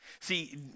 see